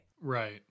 Right